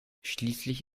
schließlich